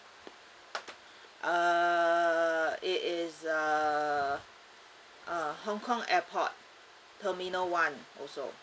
uh it is uh uh hong kong airport terminal one also